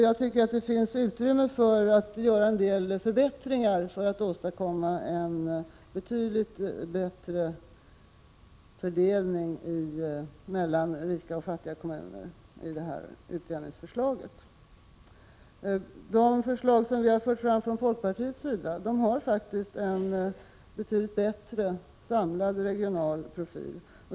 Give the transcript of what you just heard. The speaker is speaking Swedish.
Jag tycker att det finns utrymme för en del förbättringar, för att åstadkomma en betydligt bättre fördelning mellan rika och fattiga kommuner i utjämningsförslaget. De förslag som vi har fört fram från folkpartiets sida har faktiskt en betydligt bättre samlad regional profil.